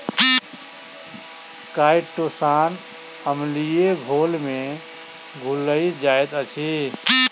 chitosan अम्लीय घोल में घुइल जाइत अछि